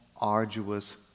arduous